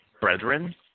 brethren